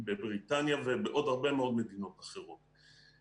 בבריטניה ובעוד הרבה מאוד מדינות אחרות.